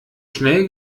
schnell